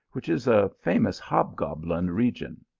which is a famous hobgoblin region.